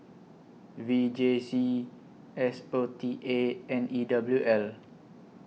V J C S O T A and E W L